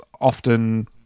often